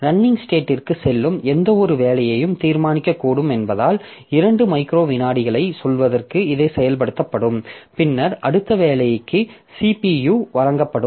running ஸ்டேட்டிற்கு செல்லும் எந்தவொரு வேலையும் தீர்மானிக்கக்கூடும் என்பதால் இரண்டு மைக்ரோ விநாடிகளைச் சொல்வதற்கு இது செயல்படுத்தப்படும் பின்னர் அடுத்த வேலைக்கு CPU வழங்கப்படும்